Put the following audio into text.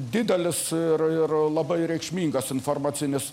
didelis ir ir labai reikšmingas informacinis